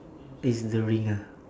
is the ringer